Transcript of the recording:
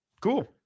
cool